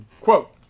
Quote